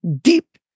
deep